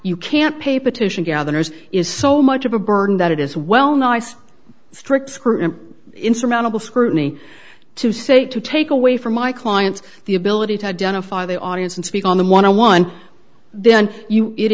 you can't pay petition gatherers is so much of a burden that it is well nice strict scrutiny insurmountable scrutiny to say to take away from my clients the ability to identify the audience and speak on them one on one then